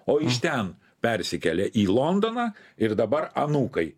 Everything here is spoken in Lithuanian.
o iš ten persikelia į londoną ir dabar anūkai